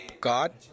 God